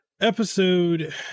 episode